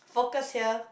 focus here